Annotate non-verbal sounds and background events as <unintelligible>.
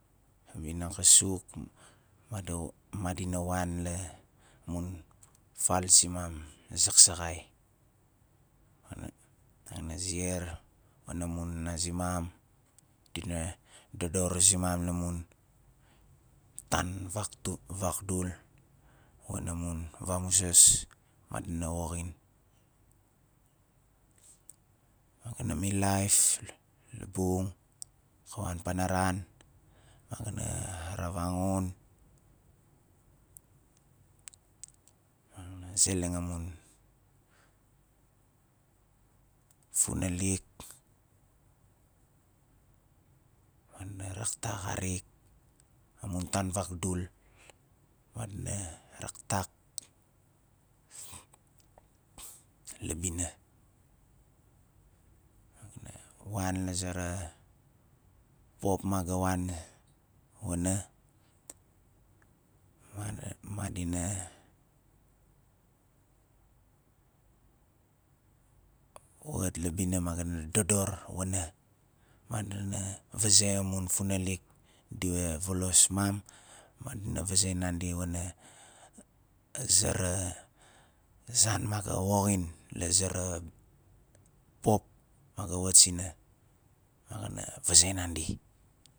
A bina ka suk made madi wan la mun fal simam saksaakxai <unintelligible> madina ziar wana mun nana zimam diva dodor zimam la mun tan vakdul vagdul wana mun vamuzas ma diva woxin ma ga na milaif labung ka wan panaran ma ga na ravangun madina zeleng amun funalik madina raktak xarik amun tan vagdul madina raktak la bina ma ga na wan la zera pop ma ga wan wana made madina wat la bina ma ga na dodor wana madina vaze amun funalik di we volos mam madina vaze nandi wana a zera zan ma ga woxin la zera pop ma ga wat sina ma ga na vaze nandi